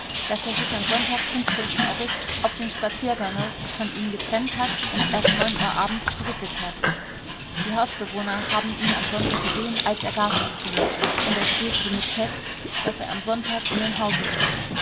daß er sich am sonntag august auf dem spaziergange von ihnen getrennt hat und erst uhr abends zurückgekehrt ist die hausbewohner haben ihn am sonntag gesehen als er gas anzündete und es steht somit fest daß er am sonntag in dem hause war